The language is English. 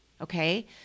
Okay